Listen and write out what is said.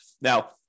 Now